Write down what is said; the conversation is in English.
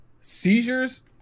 seizures